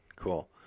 cool